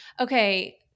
Okay